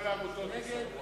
כל העמותות ייסגרו,